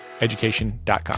education.com